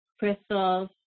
crystals